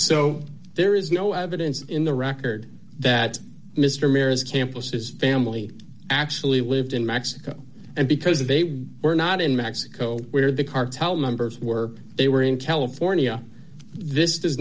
so there is no evidence in the record that mister mir is campuses family actually lived in mexico and because they were not in mexico where the cartel members were they were in california this does